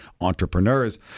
entrepreneurs